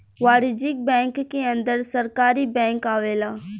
वाणिज्यिक बैंक के अंदर सरकारी बैंक आवेला